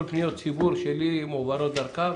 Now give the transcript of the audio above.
כל פניות הציבור שלי מועברות דרכה,